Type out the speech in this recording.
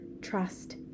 trust